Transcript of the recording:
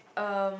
um